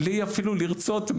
בלי אפילו לרצות,